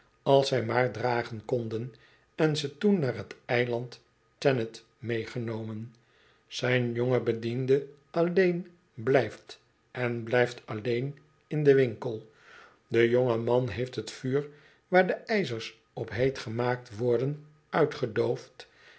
als zij maar dragen konden en ze toen naar t eiland thanet meegenomen zijn jonge bediende alleen blijft en blijft alleen in den winkel de jonge man heeft het vuur waar de ijzers op heet gemaakt worden uitgedoofd